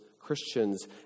Christians